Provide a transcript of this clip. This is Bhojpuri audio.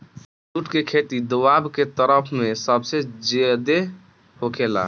जुट के खेती दोवाब के तरफ में सबसे ज्यादे होखेला